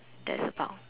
that's about